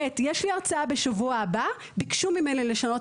(ב) יש לי הרצאה בשבוע הבאה וביקשו ממני לשנות